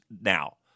now